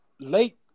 late